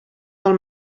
del